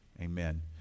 Amen